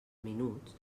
minuts